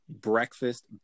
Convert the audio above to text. breakfast